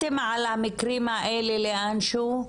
המקרים האלה לאן שהוא?